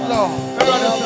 Lord